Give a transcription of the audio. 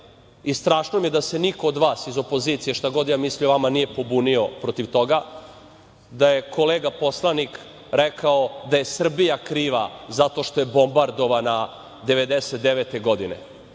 i strašno mi je da se niko od vas iz opozicije, šta god ja mislio o vama, nije pobunio protiv toga da je kolega poslanik rekao da je Srbija kriva zato što je bombardovana 1999. godine.